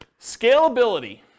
Scalability